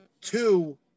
two